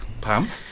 Pam